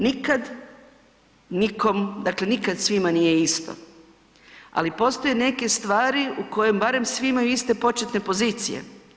Nikad nikom, dakle nikad svima nije isto, ali postoje neke stvari u kojim barem svi imaju iste početne pozicije.